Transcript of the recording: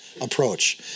approach